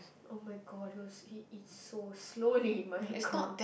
[oh]-my-god he was he eats so slowly my god